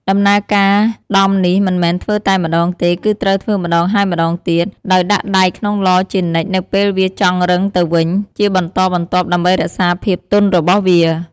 ដំណើរការដំនេះមិនមែនធ្វើតែម្តងទេ គឺត្រូវធ្វើម្ដងហើយម្តងទៀត ដោយដាក់ដែកក្នុងឡជានិច្ចនៅពេលវាចង់រឹងទៅវិញ ជាបន្តបន្ទាប់ដើម្បីរក្សាភាពទន់របស់វា។